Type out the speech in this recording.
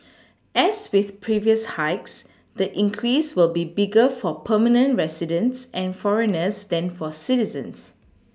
as with previous hikes the increase will be bigger for permanent residents and foreigners than for citizens